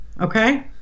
Okay